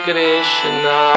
Krishna